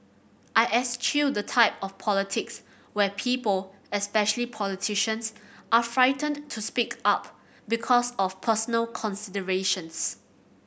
I eschew the type of politics where people especially politicians are frightened to speak up because of personal considerations